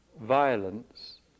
violence